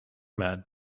mad